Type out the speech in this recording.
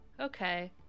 Okay